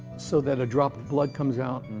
so that a drop of blood comes out,